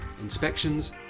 inspections